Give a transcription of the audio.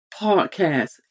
podcast